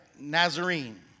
Nazarene